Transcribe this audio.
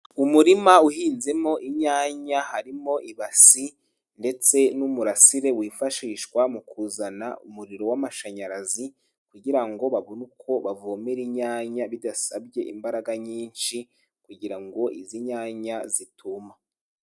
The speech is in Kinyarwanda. Umurima uhinzemo inyanya harimo ibasi ndetse n'umurasire wifashishwa mu kuzana umuriro w'amashanyarazi kugira ngo babone uko bavomera inyanya bidasabye imbaraga nyinshi kugira ngo izi nyanya zituma.